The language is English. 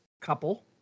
couple